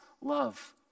love